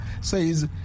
says